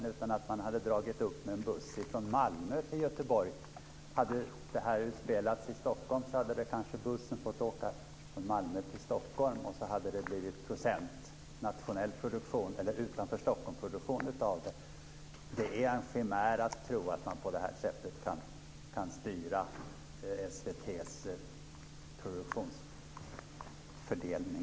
I stället hade man dragit upp med en buss från Malmö till Göteborg. Om det hade utspelats i Stockholm hade bussen kanske fått åka från Malmö till Stockholm. Då hade det blivit produktion utanför Stockholm av det. Det är en chimär att tro att man på det sättet kan styra SVT:s produktionsfördelning.